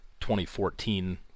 2014